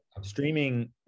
Streaming